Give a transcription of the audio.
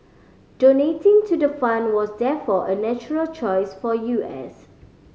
donating to the fund was therefore a natural choice for U S